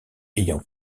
ayant